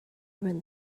wind